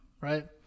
right